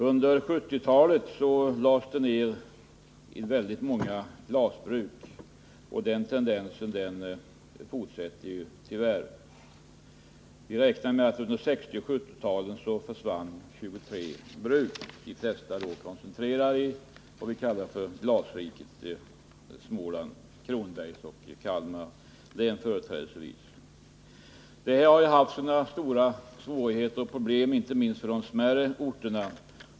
Under 1970-talet lades många av dem ned, och den tendensen fortsätter tyvärr. Vi räknar med att det under 1960 och 1970-talen försvann 23 bruk, de flesta av dem koncentrerade till det s.k. glasriket — företrädesvis i Kronobergs och Kalmar län. Detta har medfört stora problem särskilt för de mindre orterna.